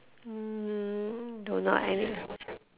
mm don't know I any~